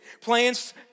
Plans